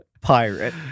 pirate